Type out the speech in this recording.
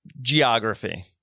geography